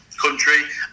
country